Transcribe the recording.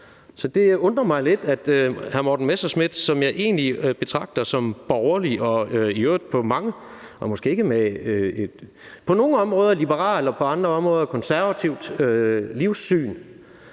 Så det undrer mig lidt, at hr. Morten Messerschmidt, som jeg egentlig betragter som borgerlig og i øvrigt med et på nogle områder liberalt og på andre områder konservativt livssyn,